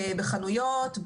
בחנויות,